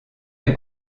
est